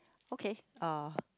okay uh